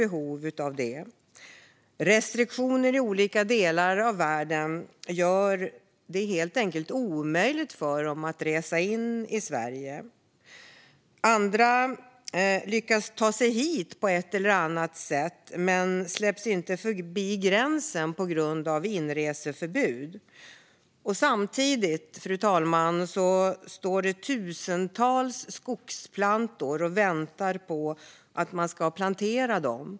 Reserestriktioner i olika delar av världen gör det helt enkelt omöjligt för dem att resa in i Sverige. Andra lyckas ta sig hit på ett eller annat sätt men släpps inte förbi gränsen på grund av inreseförbudet. Samtidigt, fru talman, står tusentals skogsplantor och väntar på att planteras.